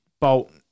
Bolt